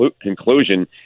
conclusion